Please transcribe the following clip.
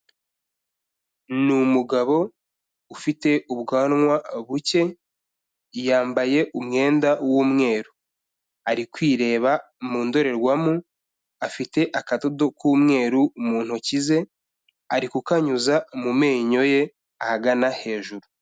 Ni umugabo ufite ubwanwa buke, yambaye umwenda w'umweru. Ari kwireba mu ndorerwamo, afite akadudo k'umweru mu ntoki ze, ari kukanyuza mu menyo ye ahagana hejuru.